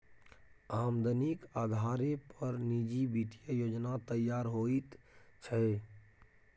आमदनीक अधारे पर निजी वित्तीय योजना तैयार होइत छै